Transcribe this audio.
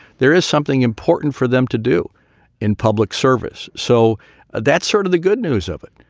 there is something important for them to do in public service. so that's sort of the good news of it.